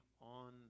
on